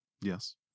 Yes